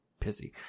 pissy